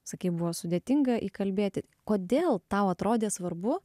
sakei buvo sudėtinga įkalbėti kodėl tau atrodė svarbu